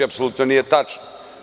Apsolutno nije tačno.